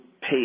pay